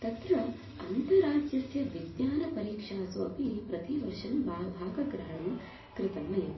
तत्र अन्तर्राज्यस्य विज्ञानपरीक्षासु अपि प्रतिवर्षं बा भागग्रहणं कृतम् एव